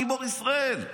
גיבור ישראל.